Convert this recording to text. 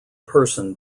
person